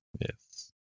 Yes